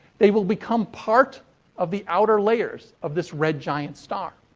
they will become part of the outer layers of this red giant star.